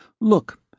Look